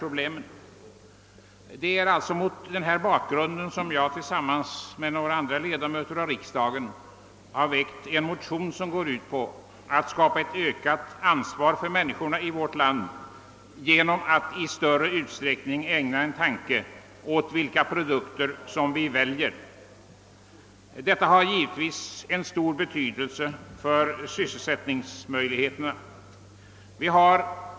Mot bakgrunden av arbetslöshetsproblemen har jag och några andra ledamöter av riksdagen väckt ett motionspar, I: 617 och II: 775, med förslag om en propagandakampanj som skall stärka ansvarskänslan hos människorna här i landet och få dem att i större utsträckning tänka på vilka produkter de väljer. Det har givetvis stor betydelse för sysselsättningsmöjligheterna.